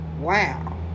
Wow